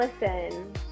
listen